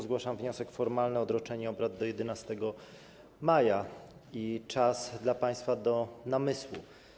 Zgłaszam wniosek formalny o odroczenie obrad do 11 maja, to będzie czas dla państwa do namysłu.